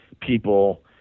people